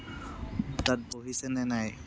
তাত বহিছেনে নাই